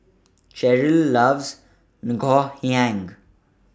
Cherryl loves Ngoh Hiang